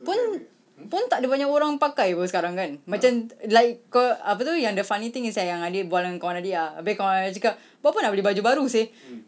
pun pun tak ada banyak orang pakai apa sekarang kan macam like ke apa tu yang the funny thing is that yang adik berbual dengan kawan adik ah habis kawan adik cakap buat apa nak beli baju baru seh